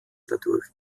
dadurch